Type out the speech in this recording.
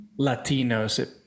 Latinos